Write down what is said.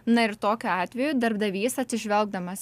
na ir tokiu atveju darbdavys atsižvelgdamas